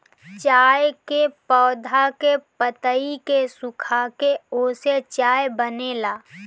चाय के पौधा के पतइ के सुखाके ओसे चाय बनेला